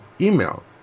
email